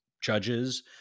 judges